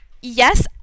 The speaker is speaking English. yes